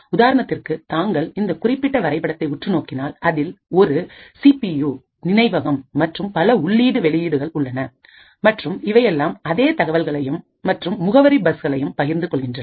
உதாரணத்திற்கு தாங்கள் இந்த குறிப்பிட்ட வரை படத்தை உற்று நோக்கினால் அதில் ஒரு சி பி யூ நினைவகம் மற்றும் பல உள்ளீடு வெளியீடுகள் உள்ளன மற்றும் இவையெல்லாம் அதே தகவல்களையும் மற்றும் முகவரி பஸ்களையும் பகிர்ந்து கொள்கின்றன